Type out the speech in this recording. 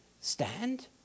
stand